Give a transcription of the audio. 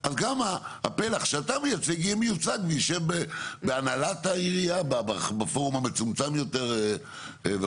אז גם הפלח שאתה מייצג תשב בהנהלת העירייה בפורום המצומצם וכו'.